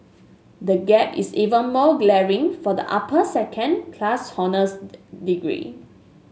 the gap is even more glaring for the upper second class honours degree